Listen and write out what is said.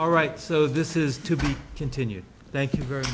all right so this is to be continued thank you very